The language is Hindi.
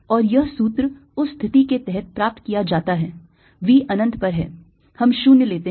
और यह सूत्र उस स्थिति के तहत प्राप्त किया जाता है V अनंत पर है हम 0 लेते हैं